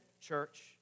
church